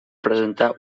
presentar